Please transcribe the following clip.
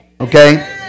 Okay